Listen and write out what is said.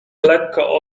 lekko